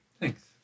Thanks